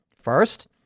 First